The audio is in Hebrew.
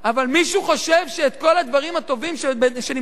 אבל מישהו חושב שאת כל הדברים הטובים שנמצאים